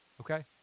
okay